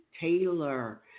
Taylor